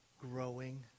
growing